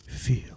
Feel